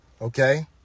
Okay